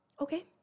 Okay